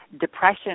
depression